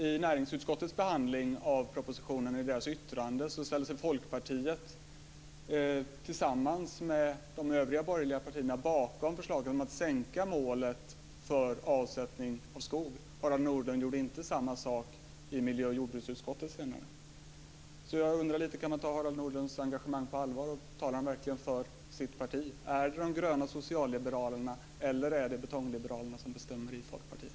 I näringsutskottets behandling av propositionen, i deras yttrande, ställer sig Folkpartiet tillsammans med de övriga borgerliga partierna bakom förlaget om att sänka målet för avsättning av skog. Harald Nordlund gjorde inte samma sak i miljö och jordbruksutskottet senare. Så jag undrar om man kan ta Harald Nordlunds engagemang på allvar. Talar han verkligen för sitt parti? Är det de gröna socialliberalerna eller är det betongliberalerna som bestämmer i Folkpartiet?